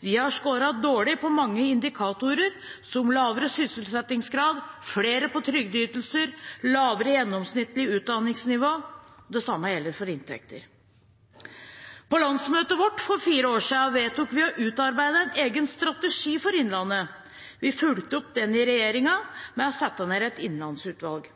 Vi har skåret dårlig på mange indikatorer, som lavere sysselsettingskrav, flere på trygdeytelser og lavere gjennomsnittlig utdanningsnivå. Det samme gjelder for inntekter. På landsmøtet vårt for fire år siden vedtok vi å utarbeide en egen strategi for innlandet. Vi fulgte den opp i